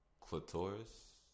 Clitoris